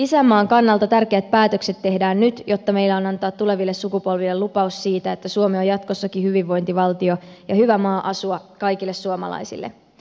isänmaan kannalta tärkeät päätökset tehdään nyt jotta meillä on antaa tuleville sukupolville lupaus siitä että suomi on jatkossakin hyvinvointivaltio ja hyvä maa asua kaikille suomalaisille